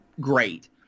great